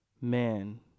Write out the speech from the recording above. man